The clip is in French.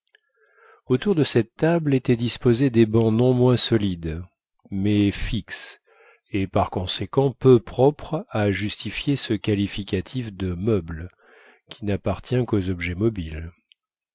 autour de cette table étaient disposés des bancs non moins solides mais fixes et par conséquent peu propres à justifier ce qualificatif de meubles qui n'appartient qu'aux objets mobiles